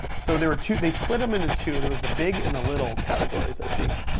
so there were two they split em into two. there was the big and the little categories, i think.